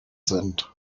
sind